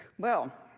well,